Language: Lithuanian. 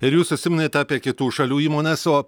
ir jūs užsiminėte apie kitų šalių įmones o